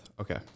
okay